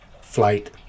flight